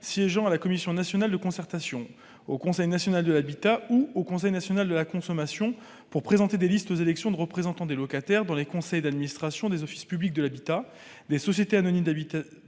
siégeant à la Commission nationale de concertation, au Conseil national de l'habitat ou au Conseil national de la consommation, pour présenter des listes aux élections des représentants des locataires dans les conseils d'administration des offices publics de l'habitat, des sociétés anonymes